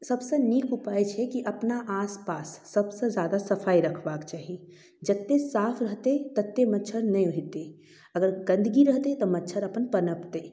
सबसँ नीक उपाय छै कि अपना आसपास सबसँ जादा सफाइ रखबाक चाही जतेक साफ रहतै ततेक मच्छर नहि हेत्तै अगर गन्दगी रहतै तऽ मच्छर अपने पनपतै